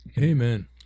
Amen